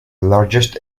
largest